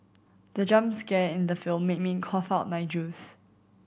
the jump scare in the film made me cough out my juice